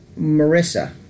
Marissa